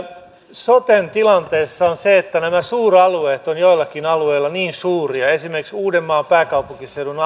soten tilanne on se että nämä suuralueet ovat joillakin alueilla niin suuria esimerkiksi uudenmaan pääkaupunkiseudun